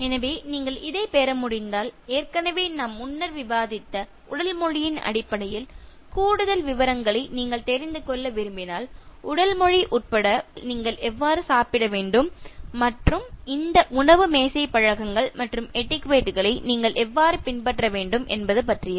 எனவே நீங்கள் இதைப் பெற முடிந்தால் ஏற்கனவே நாம் முன்னர் விவாதித்த உடல் மொழியின் அடிப்படையில் கூடுதல் விவரங்களை நீங்கள் தெரிந்து கொள்ள விரும்பினால் உடல் மொழி உட்பட உணவு மீசையில் நீங்கள் எவ்வாறு சாப்பிட வேண்டும் இந்த உணவு மேசை பழக்கங்கள் மற்றும் எட்டிக்யுட்டே களை நீங்கள் எவ்வாறு பின்பற்ற வேண்டும் என்பது பற்றியது